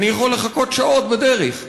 אני יכול לחכות שעות בדרך.